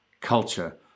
culture